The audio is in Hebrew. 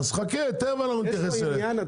אז חכה, אנחנו נתייחס אליהם תכף.